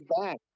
back